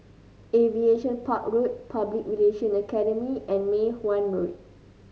Aviation Park Road Public Relation Academy and Mei Hwan Road